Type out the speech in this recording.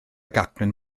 gacen